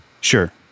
Sure